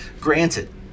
granted